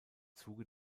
zuge